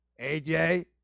AJ